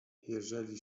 jeżeli